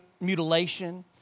mutilation